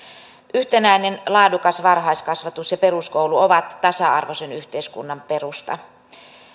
yhtenäinen ja laadukas varhaiskasvatus ja peruskoulu ovat tasa arvoisen yhteiskunnan perusta